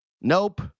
Nope